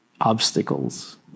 obstacles